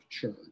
church